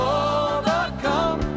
overcome